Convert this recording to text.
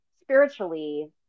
spiritually